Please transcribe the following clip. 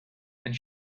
and